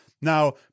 Now